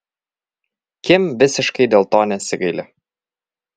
kim visiškai dėl to nesigaili